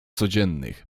codziennych